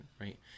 right